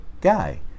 guy